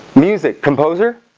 music composer